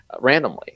Randomly